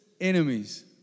enemies